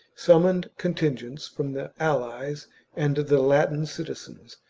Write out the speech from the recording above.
summoned contingents from the allies and the latin citizens,